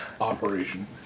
operation